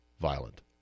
violent